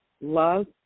Love